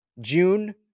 June